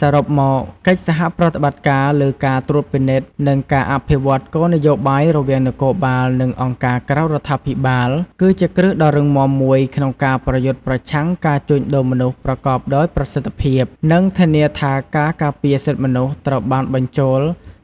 សរុបមក កិច្ចសហប្រតិបត្តិការលើការត្រួតពិនិត្យ និងការអភិវឌ្ឍគោលនយោបាយរវាងនគរបាល និងអង្គការក្រៅរដ្ឋាភិបាល គឺជាគ្រឹះដ៏រឹងមាំមួយក្នុងការប្រយុទ្ធប្រឆាំងការជួញដូរមនុស្សប្រកបដោយប្រសិទ្ធភាព និងធានាថាការការពារសិទ្ធិមនុស្សត្រូវបានបញ្ចូល